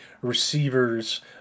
receivers